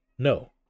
no